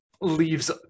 leaves